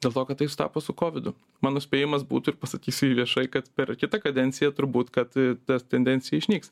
dėl to kad tai sutapo su kovidu mano spėjimas būtų ir pasakysiu jį viešai kad per kitą kadenciją turbūt kad ta tendencija išnyks